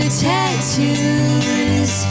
tattoos